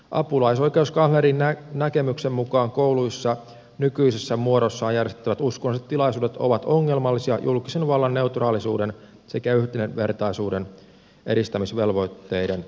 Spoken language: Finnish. apulaisoikeuskanslerin näkemyksen mukaan kouluissa nykyisessä muodossaan järjestettävät uskonnolliset tilaisuudet ovat ongelmallisia julkisen vallan neutraalisuuden sekä yhdenvertaisuuden edistämisvelvoitteiden näkökulmasta